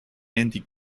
anti